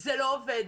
זה לא עובד.